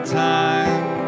time